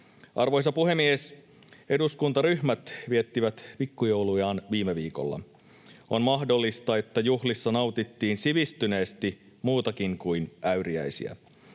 Arvoisa puhemies! Eduskuntaryhmät viettivät pikkujoulujaan viime viikolla. On mahdollista, että juhlissa nautittiin sivistyneesti muutakin kuin äyriäisiä.